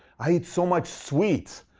i ate so much sweets.